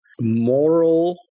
moral